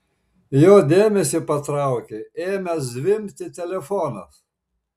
jo dėmesį patraukė ėmęs zvimbti telefonas